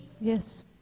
yes